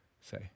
say